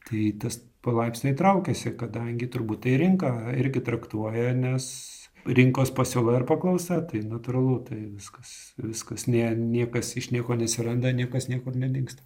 tai tas palaipsniui traukiasi kadangi turbūt tai rinka irgi traktuoja nes rinkos pasiūla ir paklausa tai natūralu tai viskas viskas ne niekas iš nieko neatsiranda niekas niekur nedingsta